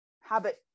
habit